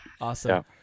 awesome